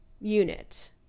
unit